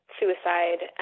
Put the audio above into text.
suicide